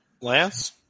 Lance